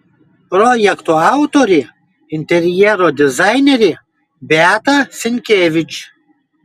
projekto autorė interjero dizainerė beata senkevič